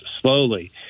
slowly